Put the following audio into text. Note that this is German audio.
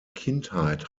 kindheit